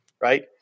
right